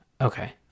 okay